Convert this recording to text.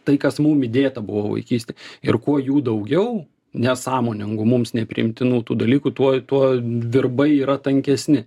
tai kas mums įdėta buvo vaikystėj ir kuo jų daugiau nesąmoningų mums nepriimtinų tų dalykų tuo tuo virbai yra tankesni